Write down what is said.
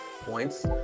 points